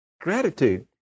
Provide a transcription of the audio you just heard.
Gratitude